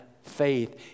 faith